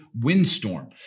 windstorm